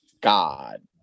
God